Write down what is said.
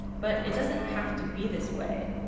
but it doesn't have to be this way.